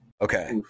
Okay